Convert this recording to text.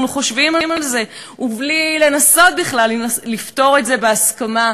חושבים על זה ובלי לנסות בכלל לפתור את זה בהסכמה.